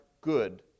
good